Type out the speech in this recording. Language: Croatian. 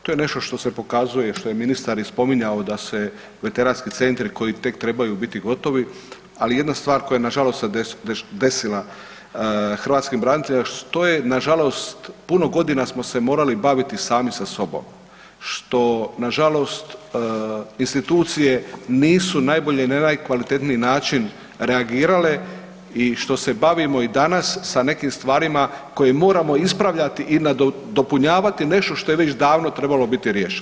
To je nešto što se pokazuje, što je ministar i spominjao da se veteranski centri koji tek trebaju biti gotovi, ali jedna stvar koja se na žalost desila hrvatskim braniteljima to je na žalost puno godina smo se morali baviti sami sa sobom što na žalost institucije nisu na najbolji i najkvalitetniji način reagirale i što se bavimo i danas sa nekim stvarima koje moramo ispravljati i nadopunjavati nešto što je već davno trebalo biti riješeno.